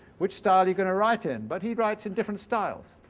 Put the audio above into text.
which style you're gonna write in? but he writes in different styles.